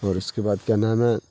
اور اس کے بعد کیا نام ہے